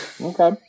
Okay